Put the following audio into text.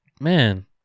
Man